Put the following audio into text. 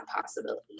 possibility